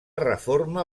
reforma